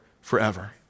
forever